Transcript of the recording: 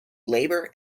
labour